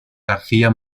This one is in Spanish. garcía